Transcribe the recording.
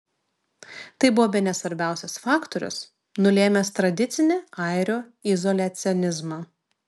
tai buvo bene svarbiausias faktorius nulėmęs tradicinį airių izoliacionizmą